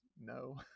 no